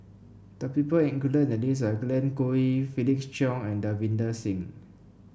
the people included in the list are Glen Goei Felix Cheong and Davinder Singh